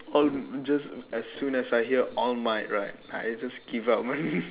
oh just as soon as I hear all might right I just give up